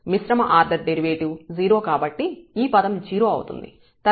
మిశ్రమ order derivative 0 కాబట్టి ఈ పదం 0 అవుతుంది